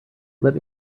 let